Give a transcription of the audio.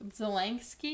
Zelensky